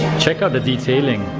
check out the detailing,